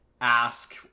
ask